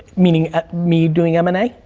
meaning me doing m and a?